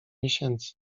miesięcy